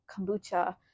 kombucha